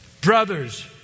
brothers